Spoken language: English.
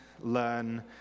learn